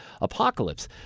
apocalypse